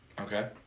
Okay